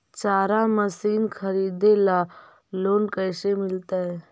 चारा मशिन खरीदे ल लोन कैसे मिलतै?